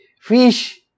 fish